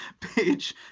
Page